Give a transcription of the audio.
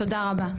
תודה רבה.